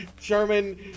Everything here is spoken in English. Sherman